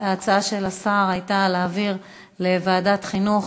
ההצעה של השר הייתה להעביר לוועדת החינוך,